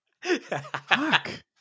Fuck